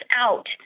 out